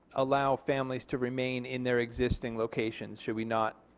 allow families to remain in their existing locations, should we not